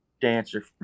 dancer